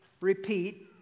repeat